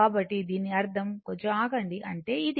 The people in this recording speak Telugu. కాబట్టి దీని అర్థం కొంచెం ఆగండి అంటే ఇది